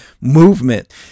movement